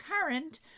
current